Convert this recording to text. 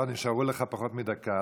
לא, נשארה לך פחות מדקה.